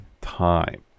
time